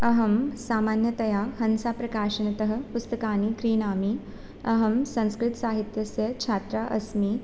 अहं सामान्यतया हंसाप्रकाशनतः पुस्तकानि क्रीणामि अहं संस्कृतसाहित्यस्य छात्रा अस्मि